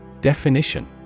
Definition